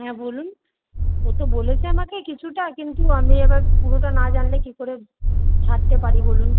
হ্যাঁ বলুন ও তো বলেছে আমাকে কিছুটা কিন্তু আমি আবার পুরোটা না জানলে কি করে ছাড়তে পারি বলুন